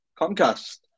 Comcast